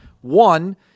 One